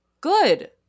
Good